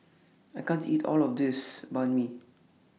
I can't eat All of This Banh MI